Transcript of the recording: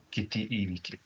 kiti įvykiai